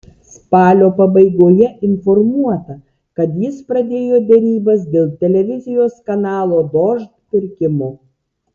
spalio pabaigoje informuota kad jis pradėjo derybas dėl televizijos kanalo dožd pirkimo